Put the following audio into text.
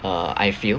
uh I feel